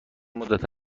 مدت